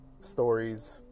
Stories